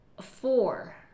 four